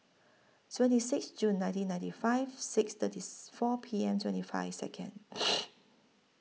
seventy six Jun nineteen ninety five six thirtieth four P M twenty five Second